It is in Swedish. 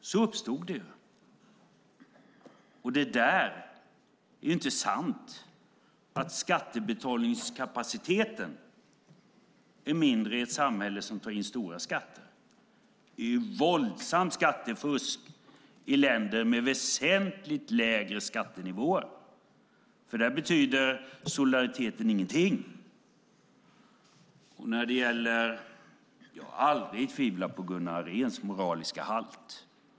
Så uppstod det. Det är inte sant att skattebetalningskapaciteten är mindre i ett samhälle som tar in stora skatter. Det är ett våldsamt skattefusk i länder med väsentligt lägre skattenivåer, för där betyder solidariteten ingenting. Jag har aldrig tvivlat på Gunnar Andréns moraliska halt.